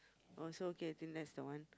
oh so okay I think that's the one